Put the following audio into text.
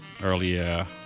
earlier